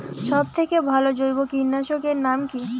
সব থেকে ভালো জৈব কীটনাশক এর নাম কি?